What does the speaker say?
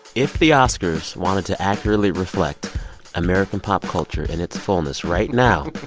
if the oscars wanted to accurately reflect american pop culture in its fullness right now,